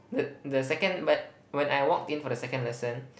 the the second w~ when I walked in for the second lesson